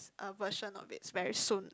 a version of it it's very soon